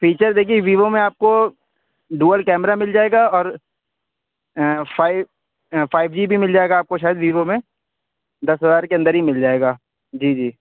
feature دیکھیے Vivo میں آپ کو ڈوول کیمرا مل جائے گا اور فائیو فائیو جی بھی مل جائے گا آپ کو شاید ویوو میں دس ہزار کے اندر ہی مل جائے گا جی جی